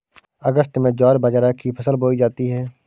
अगस्त में ज्वार बाजरा की फसल बोई जाती हैं